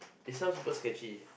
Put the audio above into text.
it sounds super sketchy